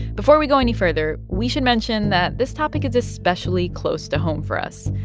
before we go any further, we should mention that this topic is especially close to home for us.